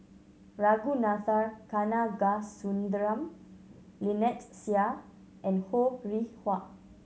Ragunathar Kanagasuntheram Lynnette Seah and Ho Rih Hwa